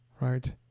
right